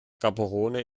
gaborone